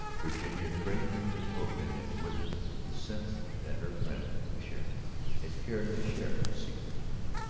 virginia treasuring the token and with it the sense that her friend the sheriff had cared to share his secret with her.